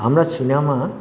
আমরা সিনেমা